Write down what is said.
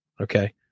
Okay